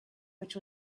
which